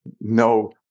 no